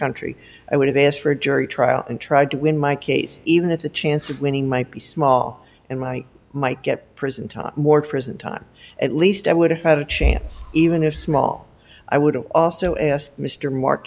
country i would have asked for a jury trial and tried to win my case even if the chance of winning might be small and i might get prison time more prison time at least i would have had a chance even if small i would have also asked mr m